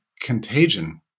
Contagion